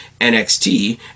NXT